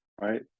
right